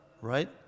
right